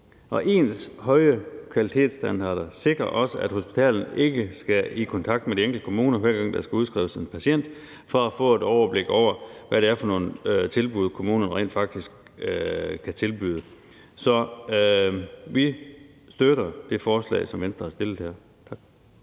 Og ens høje kvalitetsstandarder sikrer også, at hospitalet ikke skal i kontakt med de enkelte kommuner, hver gang der skal udskrives en patient, for at få et overblik over, hvad det er for nogle tilbud kommunerne rent faktisk kan tilbyde. Så vi støtter det forslag, som Venstre har fremsat her. Tak.